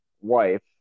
wife